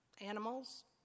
animals